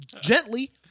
gently